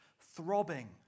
throbbing